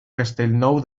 castellnou